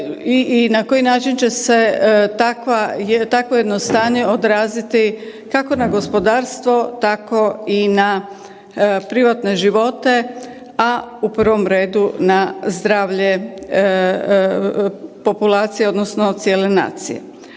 i na koji način će se takvo jedno stanje odraziti kako na gospodarstvo tako i na privatne živote, a u prvom redu na zdravlje populacije odnosno cijele nacije.